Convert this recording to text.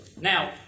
Now